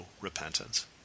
repentance